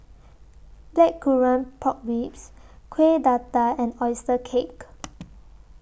Blackcurrant Pork Ribs Kueh Dadar and Oyster Cake